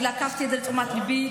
אני לקחתי את זה לתשומת ליבי,